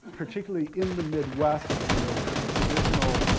particularly in the midwest and those sort of traditional